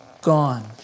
gone